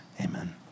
Amen